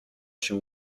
się